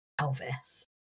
elvis